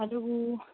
আৰু